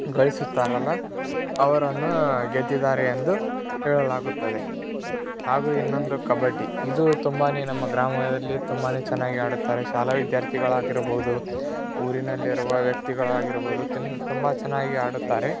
ಗಳಿಸುತ್ತಾರಲ್ಲ ಅವರನ್ನು ಗೆದ್ದಿದ್ದಾರೆ ಎಂದು ಹೇಳಲಾಗುತ್ತದೆ ಹಾಗೂ ಇನ್ನೊಂದು ಕಬಡ್ಡಿ ಇದು ತುಂಬಾ ನಮ್ಮ ಗ್ರಾಮದಲ್ಲಿ ತುಂಬಾ ಚೆನ್ನಾಗಿ ಆಡುತ್ತಾರೆ ಶಾಲಾ ವಿದ್ಯಾರ್ಥಿಗಳು ಆಗಿರಬಹುದು ಊರಿನಲ್ಲಿರುವ ವ್ಯಕ್ತಿಗಳಾಗಿರಬಹುದು ತಿನ್ ತುಂಬ ಚೆನ್ನಾಗಿ ಆಡುತ್ತಾರೆ